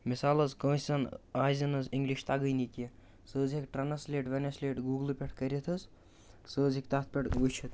مِثال حظ کٲنٛسہِ زَن آسہِ زَنہٕ حظ اِنٛگلِش تَگٲنی کیٚنٛہہ سُہ حظ ہٮ۪کہِ ٹرٛانَسلیٹ وینَسلیٹ گوٗگٕل پٮ۪ٹھ کٔرِتھ حظ سُہ حظ ہیٚکہِ تَتھ پٮ۪ٹھ وٕچھِتھ